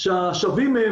שהשבים מהן,